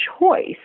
choice